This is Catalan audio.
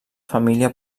família